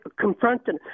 confronted